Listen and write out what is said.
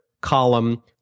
column